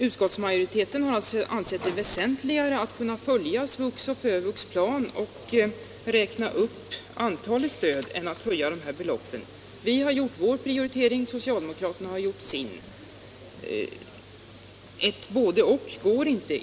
Utskottsmajoriteten har ansett det väsentligare att kunna följa SVUX och FÖVUX plan och räkna upp antalet stöd än att höja beloppet. Vi har gjort vår prioritering, socialdemokraterna har gjort sin. Ett både-och går inte.